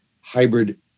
hybrid